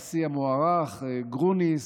הנשיא המוערך גרוניס,